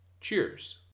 Cheers